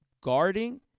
guarding